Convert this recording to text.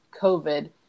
COVID